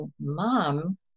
mom